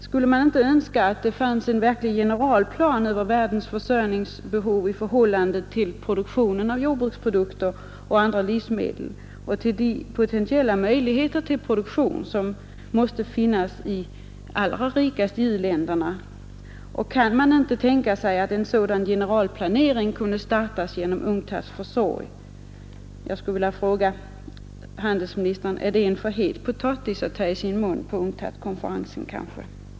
Skulle man inte önska att en verklig generalplanering kunde startas genom UNCTAD:s försorg så att man fick en överblick över världens försörjningsbehov i förhållande till produktionen av jordbruksvaror och andra livsmedel och till de potentiella möjligheterna till produktion som måste vara rikast i u-länderna? Eller är det kanske en för het potatis att ta i sin mun på UNCTAD-konferensen?